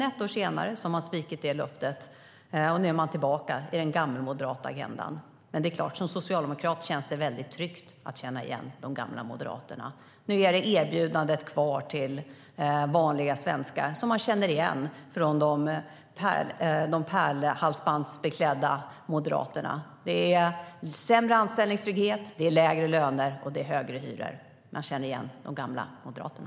Ett år senare hade man svikit det löftet, och nu är man tillbaka i den gammalmoderata agendan. Det är klart att som socialdemokrat känns det väldigt tryggt att känna igen de gamla Moderaterna. Nu är erbjudandet som man känner igen kvar till vanliga svenskar från de pärlhalsbandsbeklädda moderaterna. Det är sämre anställningstrygghet, lägre löner och högre hyror. Man känner igen de gamla Moderaterna.